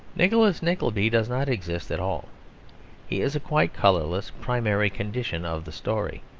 nicholas nickleby does not exist at all he is a quite colourless primary condition of the story.